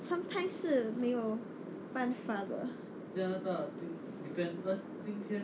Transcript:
sometimes 是没有办法的